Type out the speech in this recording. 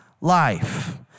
life